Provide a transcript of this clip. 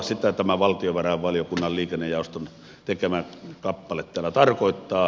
sitä tämä valtiovarainvaliokunnan liikennejaoston tekemä kappale täällä tarkoittaa